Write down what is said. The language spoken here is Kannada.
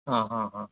ಹಾಂ ಹಾಂ ಹಾಂ